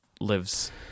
lives